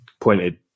pointed